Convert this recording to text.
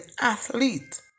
athlete